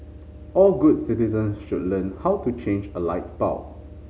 all good citizens should learn how to change a light bulb